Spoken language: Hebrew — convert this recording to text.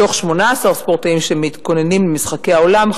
מתוך 18 ספורטאים שמתכוננים למשחקי העולם,